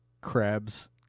crabs